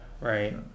Right